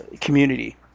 Community